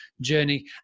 journey